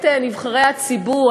את נבחרי הציבור,